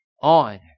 on